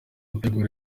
gutegura